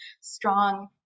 strong